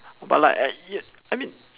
but like I ya I mean